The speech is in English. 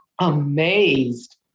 amazed